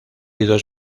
dos